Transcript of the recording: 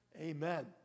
Amen